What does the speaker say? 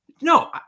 No